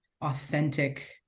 authentic